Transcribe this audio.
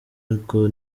ariko